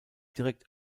direkt